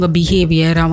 behavior